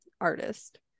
artist